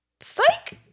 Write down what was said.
psych